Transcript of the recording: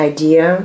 Idea